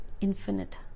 infinite